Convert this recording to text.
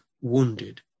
wounded